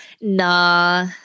nah